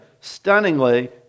stunningly